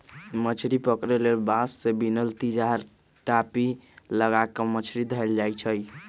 मछरी पकरे लेल बांस से बिनल तिजार, टापि, लगा क मछरी धयले जाइ छइ